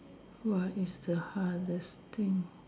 what is the hardest thing